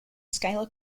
scalar